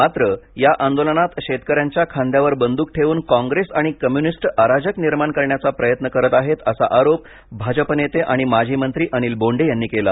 मात्र या आंदोलनात शेतकऱ्यांच्या खांद्यावर बंद्रक ठेवून काँग्रेस आणि कम्यूनिस्ट अराजक निर्माण करण्याचा प्रयत्न करताहेत असा आरोप भाजप नेते आणि माजी मंत्री अनिल बोंडे यांनी केला